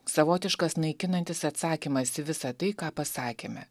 savotiškas naikinantis atsakymas į visą tai ką pasakėme